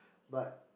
but